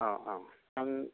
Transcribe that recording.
औ औ